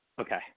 Okay